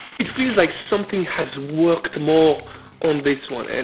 it feels like something has worked more on this one. and